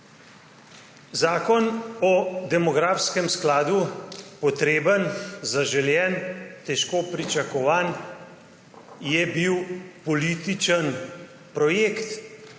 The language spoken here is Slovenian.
Zakon o demografskem skladu, potreben, zaželen, težko pričakovan, je bil politični projekt,